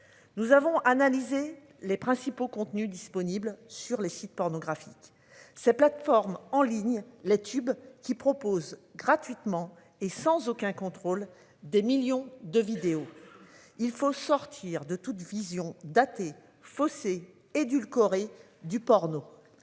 Nous avons analysé les principaux contenus disponibles sur les sites pornographiques. Ces plateformes en ligne les tubes qui propose gratuitement et sans aucun contrôle, des millions de vidéos. Il faut sortir de toute vision datée. Édulcoré du porno